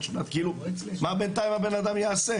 מה בינתיים הבנאדם יעשה?